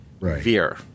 Veer